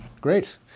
Great